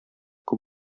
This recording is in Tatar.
күп